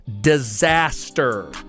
Disaster